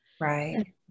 right